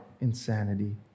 insanity